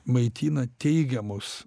maitina teigiamus